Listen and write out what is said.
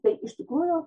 tai iš tikrųjų